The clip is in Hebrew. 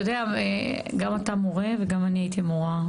אתה יודע, גם אתה מורה וגם אני הייתי מורה.